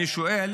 אני שואל